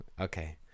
Okay